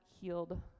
healed